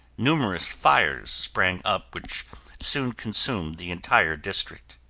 numerous fires sprang up which soon consumed the entire district.